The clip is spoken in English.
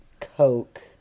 Coke